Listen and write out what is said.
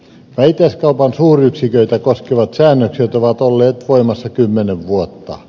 vähittäiskaupan suuryksiköitä koskevat säännökset ovat olleet voimassa kymmenen vuotta